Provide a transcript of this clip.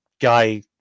guy